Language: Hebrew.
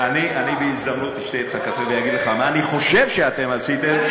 אני בהזדמנות אגיד לך מה אני חושב שאתם עשיתם,